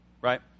right